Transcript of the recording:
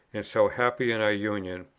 and so happy in our union,